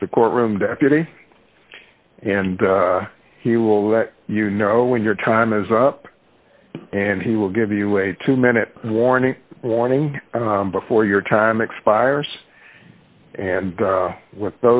is the court room deputy and he will let you know when your time is up and he will give you a two minute warning warning before your time expires and